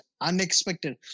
unexpected